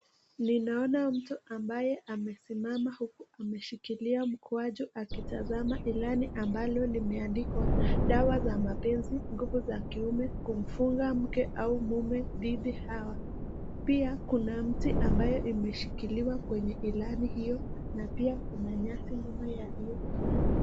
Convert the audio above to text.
Ninaona mtu ambaye amesimama huku ameshikilia kwaju akitazama ilani fulani ambalo limeandikwa dawa za mapenzi, nguvu za kiume, kumfunza mke au mume bibi haw. Pia kuna mti imeshikiliwa kwenye ilani hiyo na pia kuna nyasi nyuma ya hiyo ilani.